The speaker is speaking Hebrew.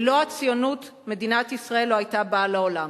ללא הציונות, מדינת ישראל לא היתה באה לעולם.